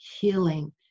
healing